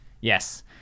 Yes